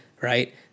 right